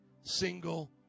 single